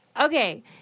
Okay